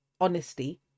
honesty